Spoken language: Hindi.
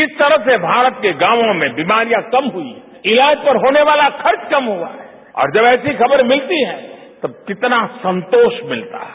किस तरह से भारत के गांवों में बीमारियां कम हुई है ईलाज पर होने वाला खर्च कम हुआ है और जब ऐसी खबर मिलती है तो कितना संतोष मिलता है